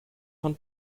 von